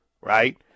right